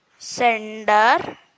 Sender